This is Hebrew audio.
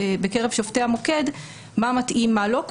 בקרב שופטי המוקד מה מתאים ומה לא מתאים,